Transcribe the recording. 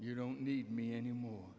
you don't need me any more